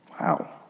Wow